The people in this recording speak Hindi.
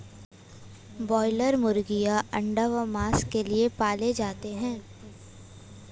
ब्रायलर मुर्गीयां अंडा व मांस के लिए पाले जाते हैं